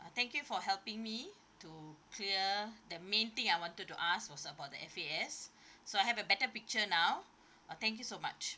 uh thank you for helping me to clear the main thing I wanted to ask was about the F_A_S so I have a better picture now uh thank you so much